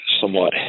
somewhat